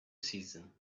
season